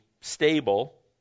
stable